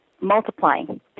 multiplying